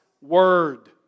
word